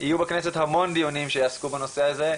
יהיו בכנסת המון דיונים שיעסקו בנושא הזה,